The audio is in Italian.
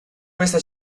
questa